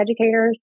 educators